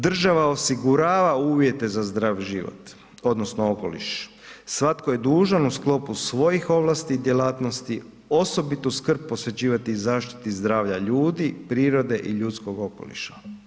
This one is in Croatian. Država osigurava uvjete za zdrav život, odnosno okoliš, svatko je dužan u sklopu svojih ovlasti i djelatnosti osobitu skrb posvećivati zaštiti zdravlja ljudi, prirode i ljudskog okoliša.